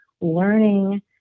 learning